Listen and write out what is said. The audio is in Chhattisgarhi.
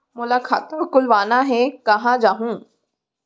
मोला खाता खोलवाना हे, कहाँ जाहूँ?